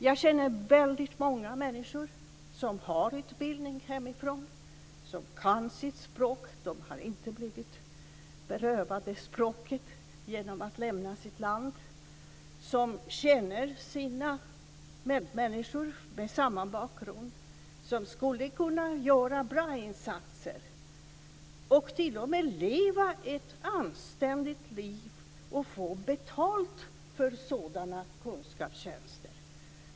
Jag känner många människor som har utbildning från hemlandet, som kan sitt språk - de har inte blivit berövade språket genom att de har lämnat sitt land - och som känner medmänniskor med samma bakgrund. De skulle kunna göra bra insatser och få betalt för sådana kunskapstjänster så att de kan leva ett anständigt liv.